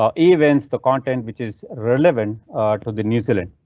um events the content which is relevant to the new zealand.